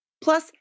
Plus